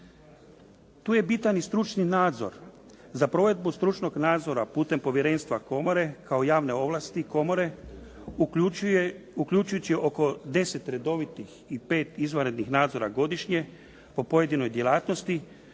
Tu je bitan i stručni nadzor. Za provedbu stručnog nadzora putem Povjerenstva komore kao javne ovlasti komore, uključujući oko 10 redovitih i 5 izvanrednih nadzora godišnje po pojedinoj djelatnosti,